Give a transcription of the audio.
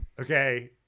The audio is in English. Okay